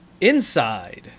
Inside